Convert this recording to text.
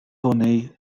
honey